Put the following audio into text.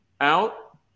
out